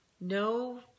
no